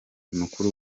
mukuru